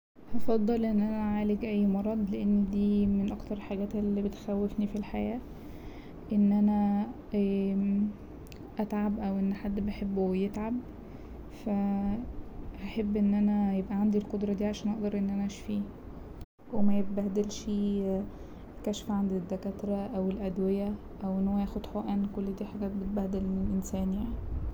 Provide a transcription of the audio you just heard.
هفضل ان انا اعالج اي مرض لأن دي من اكتر الحاجات اللي بتخوفني في الحياة ان انا اتعب أو ان حد بحبه يتعب فا هحب ان يبقى عندي القدرة دي عشان اقدر ان انا اشفيه وميتبهدلش كشف عند الدكاترة أو الأدوية أو ان هو ياخد حقن كل دي حاجات بتبهدل الانسان يعني.